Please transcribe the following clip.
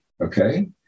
okay